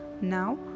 Now